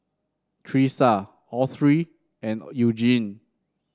Tressa Autry and Eugene